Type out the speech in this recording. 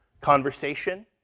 Conversation